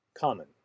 Common